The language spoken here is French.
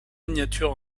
miniature